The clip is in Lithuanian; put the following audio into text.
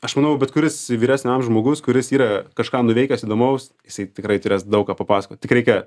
aš manau bet kuris vyresnio amžiaus žmogus kuris yra kažką nuveikęs įdomaus jisai tikrai turės daug ką papasakot tik reikia